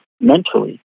mentally